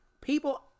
people